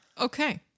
Okay